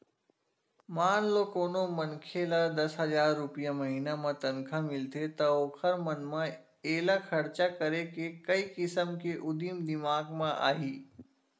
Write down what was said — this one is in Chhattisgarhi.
मान लो कोनो मनखे ल दस हजार रूपिया महिना म तनखा मिलथे त ओखर मन म एला खरचा करे के कइ किसम के उदिम दिमाक म आही